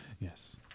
Yes